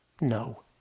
No